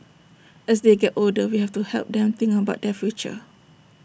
as they get older we have to help them think about their future